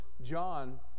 John